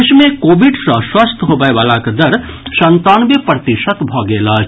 देश मे कोविड सॅ स्वस्थ होबय वलाक दर संतानवे प्रतिशत भऽ गेल अछि